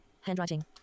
Handwriting